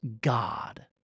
God